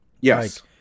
Yes